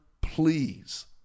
please